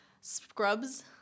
scrubs